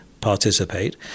participate